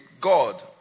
God